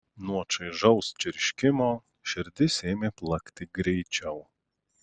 nuo čaižaus čirškimo širdis ėmė plakti greičiau